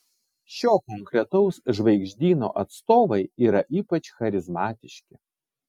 šio konkretaus žvaigždyno atstovai yra ypač charizmatiški